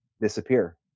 disappear